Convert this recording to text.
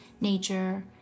nature